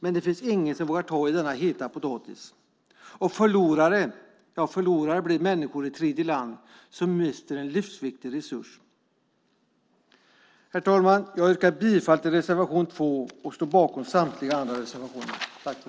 Men det finns ingen som vågar ta i denna heta potatis. Förlorare blir människor i tredjeländer som mister en livsviktig resurs. Herr talman! Jag yrkar bifall till reservation 2 och står bakom samtliga andra reservationer.